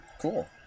Cool